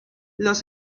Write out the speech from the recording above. los